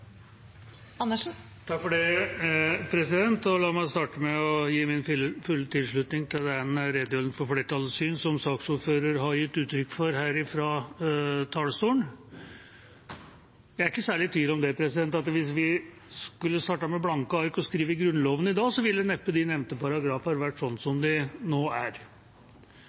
La meg starte med å gi min fulle tilslutning til den redegjørelsen for flertallets syn som saksordføreren har gitt uttrykk for her fra talerstolen. Jeg er ikke i særlig tvil om hvis vi kunne startet med blanke ark og skrive Grunnloven i dag, ville neppe de nevnte paragrafer være sånn som de nå er.